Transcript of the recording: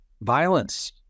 Violence